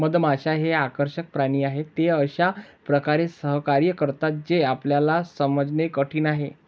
मधमाश्या हे आकर्षक प्राणी आहेत, ते अशा प्रकारे सहकार्य करतात जे आपल्याला समजणे कठीण आहे